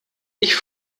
ich